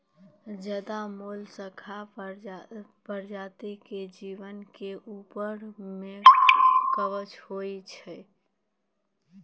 ज्यादे मोलसका परजाती के जीव के ऊपर में कवच होय छै